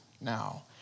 Now